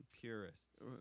Purists